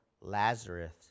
Lazarus